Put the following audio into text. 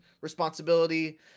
responsibility